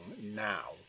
now